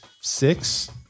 six